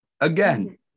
again